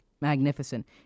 Magnificent